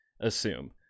assume